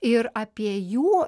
ir apie jų